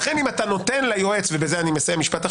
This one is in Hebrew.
לכן אם אתה נותן ליועץ להיות